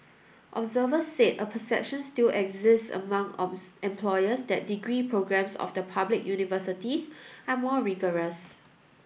observers said a perception still exists among employers that degree programmes of the public universities are more rigorous